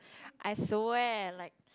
I swear like